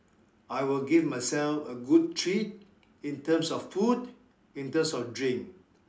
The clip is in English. I will give myself a good treat in terms of food in terms of drink